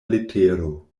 letero